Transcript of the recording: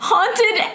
Haunted